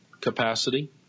capacity